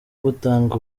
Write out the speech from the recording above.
gutanga